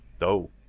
No